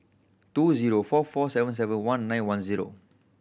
two zero four four seven seven one nine one zero